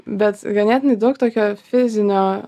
bet ganėtinai daug tokio fizinio